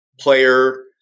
player